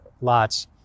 lots